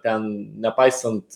ten nepaisant